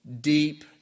deep